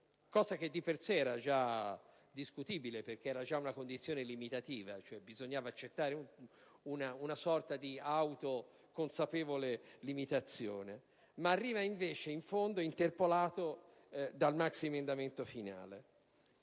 (cosa che di per sé era già discutibile, trattandosi di una condizione limitativa, nel senso che bisognava accettare una sorta di autoconsapevole limitazione), ma arriva in fondo interpolato dal maxiemendamento finale.